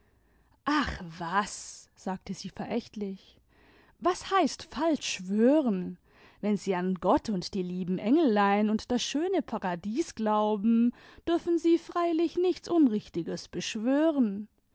ach was sagte sie verächtlich was heißt falsch schwören wenn sie an gott und die lieben engelein und das schöne paradies glauben dürfen sie freilich nichts unrichtiges beschwören